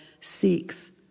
seeks